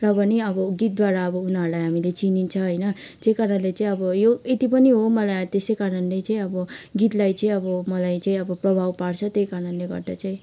र पनि अब गीतद्वारा अब उनीहरूलाई हामीले चिनिन्छ होइन त्यही कारणले चाहिँ अब यो यति पनि हो मलाई त्यसै कारणले चाहिँ अब गीतलाई चाहिँ अब मलाई चाहिँ अब प्रभाव पार्छ त्यही कारणले गर्दा चाहिँ